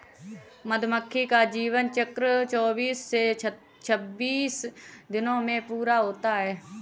मधुमक्खी का जीवन चक्र चौबीस से छब्बीस दिनों में पूरा होता है